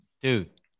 dude